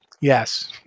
Yes